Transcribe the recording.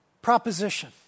Proposition